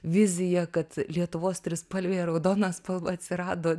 viziją kad lietuvos trispalvėje raudona spalva atsirado